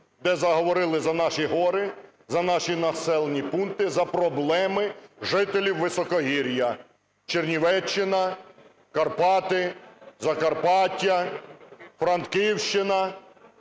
де заговорили за наші гори, за наші населені пункти, за проблеми жителів високогір'я: Чернівеччина, Карпати, Закарпаття, Франківщина